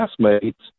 classmates